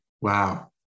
Wow